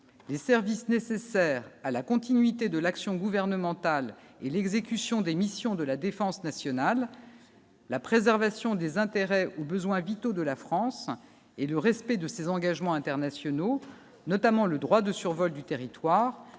les services nécessaires à la continuité de l'action gouvernementale et l'exécution des missions de la défense nationale, la préservation des intérêts aux besoins vitaux de la France et le respect de ses engagements internationaux, notamment le droit de survol du territoire